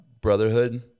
brotherhood